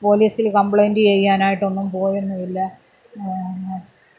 പോലീസിൽ കമ്പ്ലൈന്റ് ചെയ്യാനായിട്ടൊന്നും പോയൊന്നുമില്ല എന്നാൽ